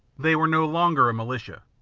they were no longer a militia,